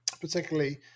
Particularly